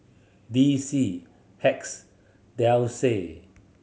D C Hacks Delsey